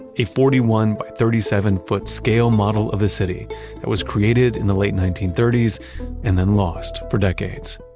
a forty one by thirty seven foot scale model of the city that was created in the late nineteen thirty s and then lost for decades.